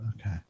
Okay